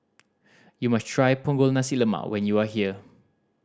you must try Punggol Nasi Lemak when you are here